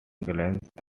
glanced